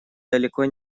далеко